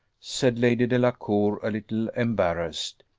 said lady delacour, a little embarrassed,